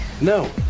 No